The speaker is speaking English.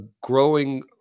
growing